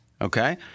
Okay